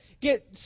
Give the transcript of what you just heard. get